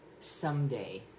Someday